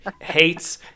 hates